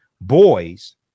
boys